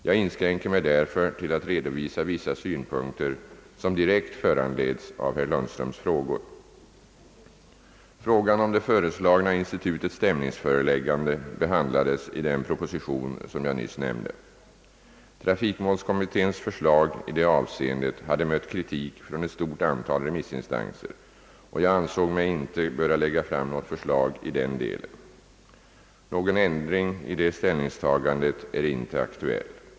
Jag inskränker mig därför till att redovisa vissa synpunkter som direkt föranleds av herr Lundströms frågor. Frågan om det föreslagna institutet stämningsföreläggande behandlades i den proposition som jag nämnde nyss. Trafikmålskommitténs förslag i det avseendet hade mött kritik från ett stort antal remissinstanser, och jag ansåg mig inte böra lägga fram något förslag i den delen. Någon ändring i det ställningstagandet är inte aktuell.